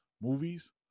movies